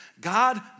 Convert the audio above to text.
God